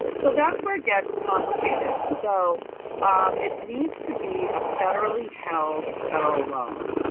so that's where it gets complicated. so um it needs to be a federally held federal loan.